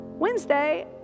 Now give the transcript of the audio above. Wednesday